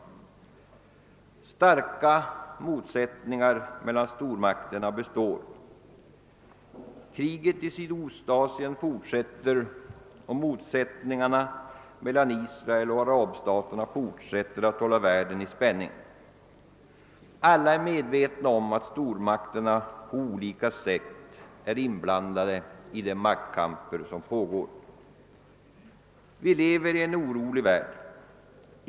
De starka motsättningarna mellan stormakterna består. Kriget i Sydostasien fortsätter, och motsättningarna mellan Israel och arabstaterna fortsätter att hålla världen i spänning. Alla är medvetna om att stormakterna på olika sätt är inblandade i de maktkamper som pågår. Vi lever i en orolig värld.